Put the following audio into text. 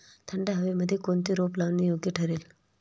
थंड हवेमध्ये कोणते रोप लावणे योग्य ठरेल?